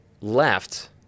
left